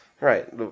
right